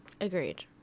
Agreed